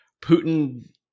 Putin